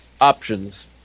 options